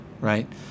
right